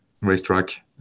racetrack